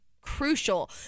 crucial